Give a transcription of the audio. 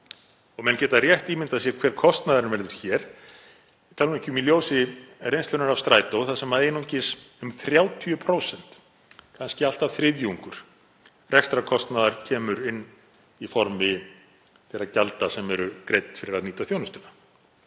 Menn geta rétt ímyndað sér hver kostnaðurinn verður hér, ég tala nú ekki um í ljósi reynslunnar af Strætó þar sem einungis um 30%, kannski allt að þriðjungur rekstrarkostnaðar, kemur inn í formi þeirra gjalda sem greidd eru fyrir að nýta þjónustuna.